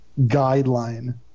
guideline